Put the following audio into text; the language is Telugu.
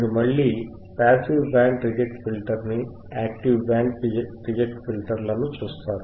మీరు మళ్ళీ పాసివ్ బ్యాండ్ రిజెక్ట్ ఫిల్టర్ ని యాక్టివ్ బ్యాండ్ రిజెక్ట్ ఫిల్టర్ లను చూస్తారు